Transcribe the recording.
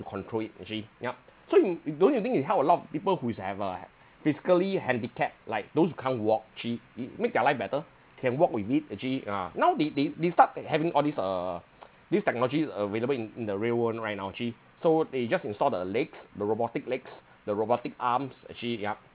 control it actually yup so you don't you think it helped a lot of people who is have a physically handicapped like those who can't walk actually make their life better can walk with it actually ah now they they they start to having all this uh these technologies available in in the real world right now actually so they just install the leg the robotic legs the robotic arms actually yup